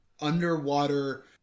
underwater